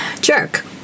jerk